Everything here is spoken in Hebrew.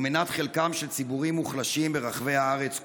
הוא מנת חלקם של ציבורים מוחלשים ברחבי הארץ כולה,